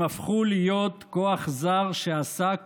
הם הפכו להיות כוח זר שעסק